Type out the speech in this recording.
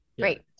Great